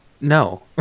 no